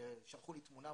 שלחו לי תמונה,